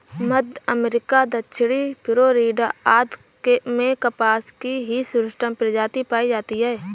मध्य America, दक्षिणी Florida आदि में कपास की हिर्सुटम प्रजाति पाई जाती है